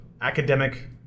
academic